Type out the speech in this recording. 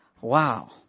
wow